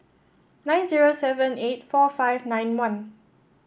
nine zero seven eight four five nine one